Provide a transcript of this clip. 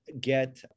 get